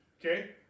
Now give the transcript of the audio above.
Okay